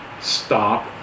stop